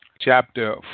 chapter